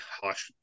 harsh